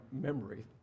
memory